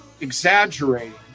exaggerating